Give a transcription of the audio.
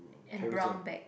carries a